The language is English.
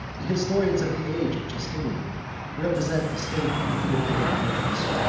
the historians of the age of justinian represent the state of the independent arabs,